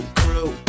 crew